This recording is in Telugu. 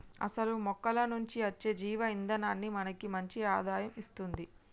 అసలు మొక్కల నుంచి అచ్చే జీవ ఇందనాన్ని మనకి మంచి ఆదాయం ఇస్తుంది